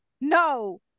No